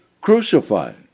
crucified